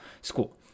school